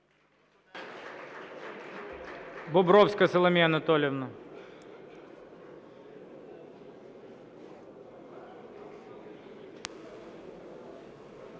Бобровська Соломія Анатоліївна.